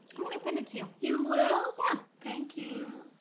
i'm going to send it to you. you will? yeah. thank you.